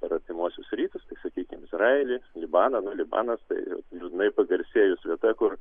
per artimuosius rytus tai sakykim izraelį libaną nu libanas tai liūdnai pagarsėjus vieta kur